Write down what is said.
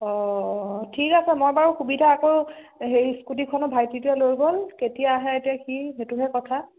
অঁ অঁ ঠিক আছে মই বাৰু সুবিধা আকৌ হেৰি স্কুটিখনো ভাইটিটোৱে লৈ গ'ল কেতিয়া আহে এতিয়া সি সেইটোহে কথা